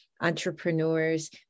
entrepreneurs